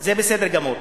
זה בסדר גמור.